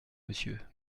monsieur